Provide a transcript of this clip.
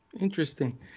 Interesting